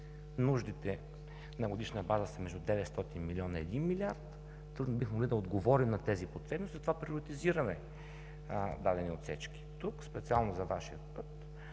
нуждите на годишна база са между деветстотин милиона и един милиард. Трудно бихме могли да отговорим на тези потребности, затова приоритизираме дадени отсечки. Специално за Вашия път